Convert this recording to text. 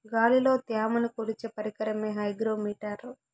గాలిలో త్యమను కొలిచే పరికరమే హైగ్రో మిటర్